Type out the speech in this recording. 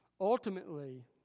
Ultimately